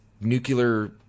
nuclear